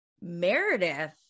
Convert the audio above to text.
Meredith